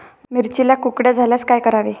मिरचीला कुकड्या झाल्यास काय करावे?